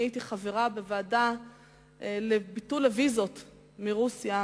אני הייתי חברה בוועדה לביטול הוויזות מרוסיה,